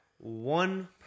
one